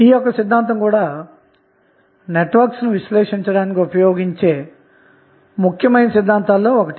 ఇది కూడా నెట్వర్క్స్ విశ్లేషణ కు ఉపకరించే ముఖ్యమైన సిద్ధాంతాలలో ఒకటి